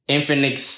Infinix